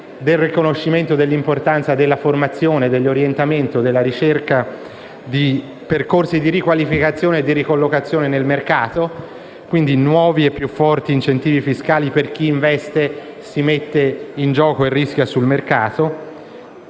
il riconoscimento dell'importanza della formazione, dell'orientamento e della ricerca di percorsi di riqualificazione e di ricollocazione nel mercato. Ci sono, quindi, nuovi e più forti incentivi fiscali per chi investe, si mette in gioco e rischia sul mercato.